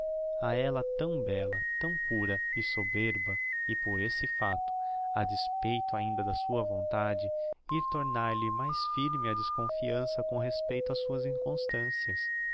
a ella tão bella tão pura e soberba e por esse facto a despeito ainda da sua vontade ir tornar-lhe mais firme a desconfiança com respeito ás suas inconstancias